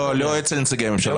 לא אצל נציגי הממשלה.